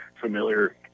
familiar